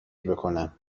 بکنم